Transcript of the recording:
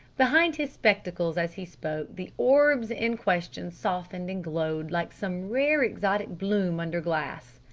behind his spectacles as he spoke the orbs in question softened and glowed like some rare exotic bloom under glass.